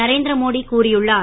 Narendra Modi கூறியுன்ளார்